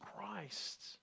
Christ